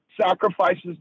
sacrifices